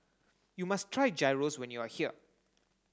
you must try Gyros when you are here